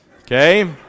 Okay